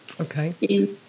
Okay